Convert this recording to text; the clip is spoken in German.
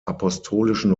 apostolischen